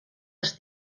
els